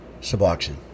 suboxone